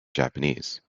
japanese